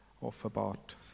offenbart